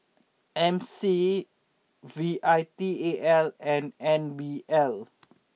M C V I T A L and N B L